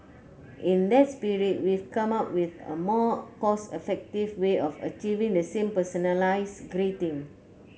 in that spirit we've come up with a more cost effective way of achieving the same personalise greeting